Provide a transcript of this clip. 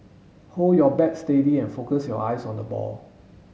hold your bat steady and focus your eyes on the ball